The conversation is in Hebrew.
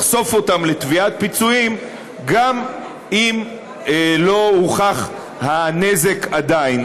לחשוף אותם לתביעת פיצויים גם אם לא הוכח הנזק עדיין?